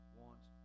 wants